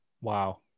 Wow